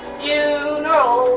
funeral